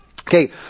Okay